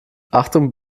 achtung